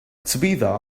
tabitha